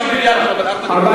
לא נכון, אדוני